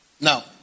Now